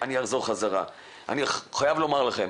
אני חייב לומר לכם